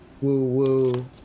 woo-woo